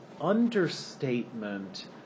understatement